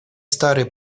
старые